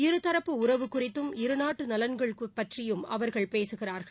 இருதரப்பு உறவு குறித்தும் இருநாட்டு நலன்கள் பற்றியும் அவர்கள் பேசுகிறார்கள்